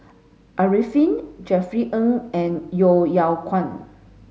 Arifin Jerry Ng and Yeo Yeow Kwang